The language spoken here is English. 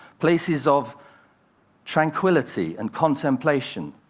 places of tranquility and contemplation,